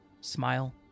smile